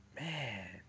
man